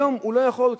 היום הוא לא יכול.